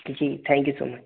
ji thank you so much